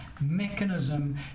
mechanism